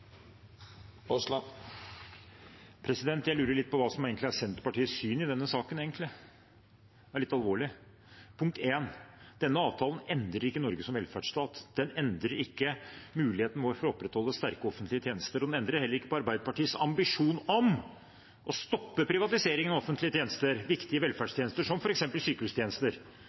Jeg lurer litt på hva som egentlig er Senterpartiets syn i denne saken. Det er litt alvorlig. For det første endrer ikke denne avtalen Norge som velferdsstat. Den endrer ikke vår mulighet til å opprettholde sterke offentlige tjenester, og den endrer heller ikke på Arbeiderpartiets ambisjon om å stoppe privatiseringen av offentlige tjenester etter valget, viktige velferdstjenester som f.eks. sykehustjenester.